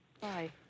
Bye